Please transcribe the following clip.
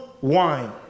wine